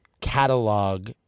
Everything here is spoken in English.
catalog